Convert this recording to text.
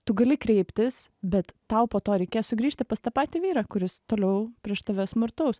tu gali kreiptis bet tau po to reikės sugrįžti pas tą patį vyrą kuris toliau prieš tave smurtaus